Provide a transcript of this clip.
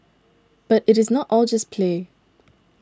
but it is not all just play